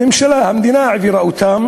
הממשלה, המדינה העבירה אותם